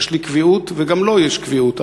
יש לי קביעות וגם לו יש קביעות,